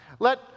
Let